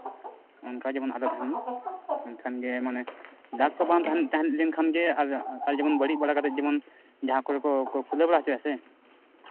ᱚᱱᱠᱟ ᱡᱮᱢᱚᱱ ᱟᱞᱚ ᱛᱟᱦᱮᱱ ᱢᱟ ᱢᱮᱱᱠᱷᱟᱱ ᱡᱮ ᱢᱟᱱᱮ ᱫᱟᱜ ᱠᱚ ᱵᱟᱝ ᱛᱟᱦᱮᱸ ᱞᱮᱱᱠᱷᱟᱱ ᱜᱮ ᱟᱨ ᱟᱨ ᱡᱮᱢᱚᱱ ᱵᱟᱹᱲᱤᱡ ᱵᱟᱲᱟ ᱠᱟᱛᱮ ᱡᱮᱢᱚᱱ ᱡᱟᱦᱟᱸ ᱠᱚᱨᱮ ᱠᱚ ᱠᱷᱩᱞᱟᱹᱣ ᱵᱟᱲᱟ ᱦᱚᱪᱚᱭᱟᱥᱮ